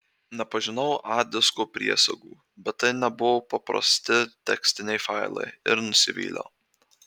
nepažinau a disko priesagų bet tai nebuvo paprasti tekstiniai failai ir nusivyliau